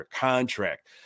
contract